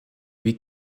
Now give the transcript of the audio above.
wie